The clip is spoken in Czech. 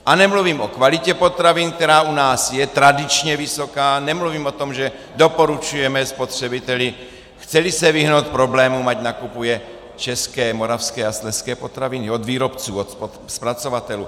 A nemluvím o kvalitě potravin, která u nás je tradičně vysoká, nemluvím o tom, že doporučujeme spotřebiteli, chceli se vyhnout problémům, ať nakupuje české, moravské a slezské potraviny od výrobců, od zpracovatelů.